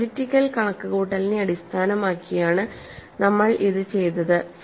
analytical കണക്കുകൂട്ടലിനെ അടിസ്ഥാനമാക്കിയാണ് നമ്മൾ ഇത് ചെയ്തത്